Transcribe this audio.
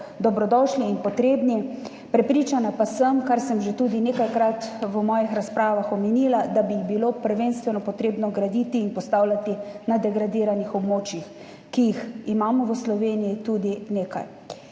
dobrodošli in potrebni. Prepričana pa sem, kar sem že tudi nekajkrat v svojih razpravah omenila, da bi jih bilo prvenstveno potrebno graditi in postavljati na degradiranih območjih, ki jih imamo v Sloveniji tudi nekaj.